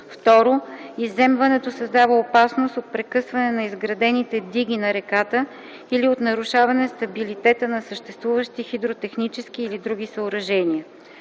2. изземването създава опасност от прекъсване на изградените диги на реката или от нарушаване стабилитета на съществуващи хидротехнически или други съоръжения.